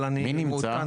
אבל אני --- מי נמצא?